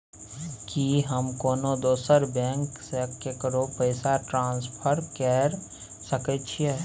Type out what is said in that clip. की हम कोनो दोसर बैंक से केकरो पैसा ट्रांसफर कैर सकय छियै?